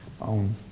on